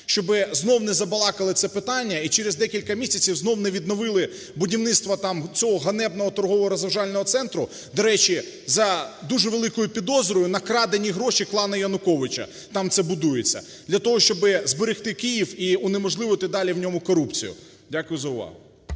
щоб знову не забалакали це питання і через декілька місяців знову не відновили будівництво там цього ганебного торгово-розважального центру (до речі, за дуже великою підозрою, на крадені гроші клану Януковича там це будується) для того, щоб зберегти Київ і унеможливити далі в ньому корупцію. Дякую за увагу.